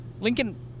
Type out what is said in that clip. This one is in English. Lincoln